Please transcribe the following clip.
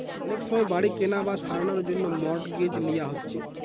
অনেক সময় বাড়ি কিনা বা সারানার জন্যে মর্টগেজ লিয়া হচ্ছে